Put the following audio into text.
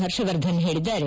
ಹರ್ಷವರ್ಧನ್ ಹೇಳಿದ್ದಾರೆ